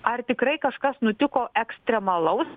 ar tikrai kažkas nutiko ekstremalaus